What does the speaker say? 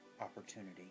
opportunity